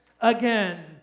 again